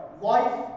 life